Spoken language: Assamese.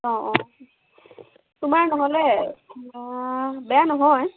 অঁ অঁ তোমাৰ নহ'লে বেয়া নহয়